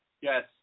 Yes